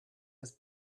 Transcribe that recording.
his